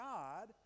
God